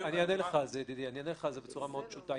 אני אענה לך על זה, ידידי, בצורה מאוד פשוטה.